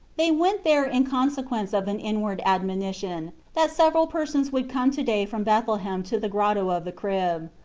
they went there in consequence of an inward admonition that several persons would come to-day from bethlehem to the grotto of the crib.